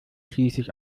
schließlich